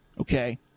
okay